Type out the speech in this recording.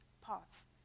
parts